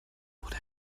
wurde